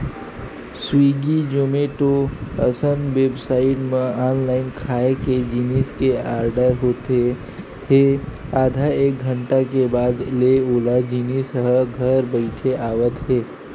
Swiggy, Zomato असन website म online खाए के जिनिस के आरडर होत हे आधा एक घंटा के बाद ले ओ जिनिस ह घर बइठे आवत हे